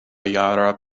jara